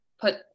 put